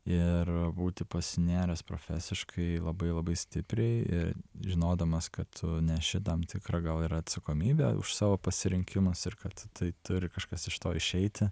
ir būti pasinėręs profesiškai labai labai stipriai ir žinodamas kad tu neši tam tikrą gal ir atsakomybę už savo pasirinkimus ir kad tai turi kažkas iš to išeiti